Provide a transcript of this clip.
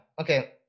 Okay